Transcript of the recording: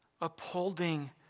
Upholding